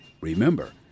Remember